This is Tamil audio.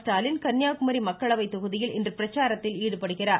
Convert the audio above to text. ஸ்டாலின் கன்னியாகுமரி மக்களவை தொகுதியில் இன்று பிரச்சாரத்தில் ஈடுபடுகிறார்